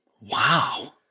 Wow